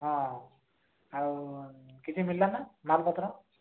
ହଁ ଆଉ କିଛି ମିଳିଲା ନା ମାଲ୍ ପତ୍ର